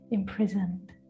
imprisoned